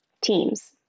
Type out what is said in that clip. teams